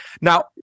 Now